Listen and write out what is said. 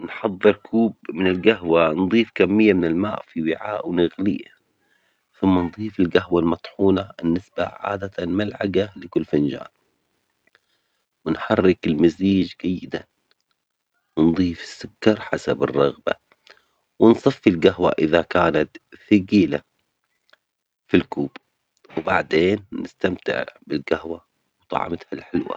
لنحضر كوب من الجهوة، نضيف كمية من الماء في وعاء ونغليه، ثم نضيف الجهوة المطحونة، نتبع عادة ملعجة لكل فنجان، ونحرك المزيج جيدًا، نضيف السكر حسب الرغبة، نصفي الجهوة إذا كانت ثقيلة في الكوب، وبعدين نستمتع بالجهوة وطعمتها الحلوة.